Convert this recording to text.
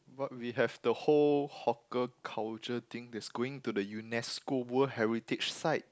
what we have the whole hawker culture thing that's going to the u_n_e_s_c_o World Heritage Site